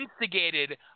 instigated